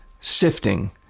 sifting